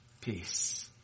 peace